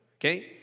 okay